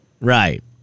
Right